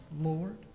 Lord